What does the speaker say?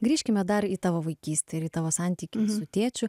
grįžkime dar į tavo vaikystę ir į tavo santykius su tėčiu